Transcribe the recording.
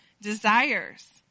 desires